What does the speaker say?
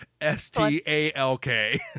S-T-A-L-K